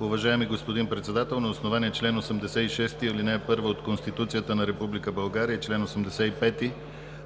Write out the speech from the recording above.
„Уважаеми господин Председател, на основание чл. 86, ал. 1 от Конституцията на Република България и чл. 85,